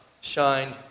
shined